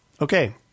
Okay